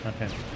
Okay